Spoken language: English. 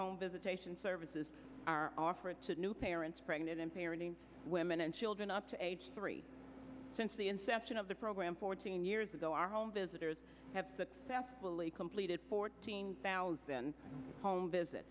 home visitation services are offered to new parents pregnant and parenting women and children up to age three since the inception of the program fourteen years ago our visitors have successfully completed fourteen thousand home visit